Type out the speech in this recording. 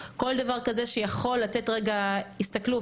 או כל דבר כזה שיכול לתת רגע הסתכלות.